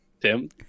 Tim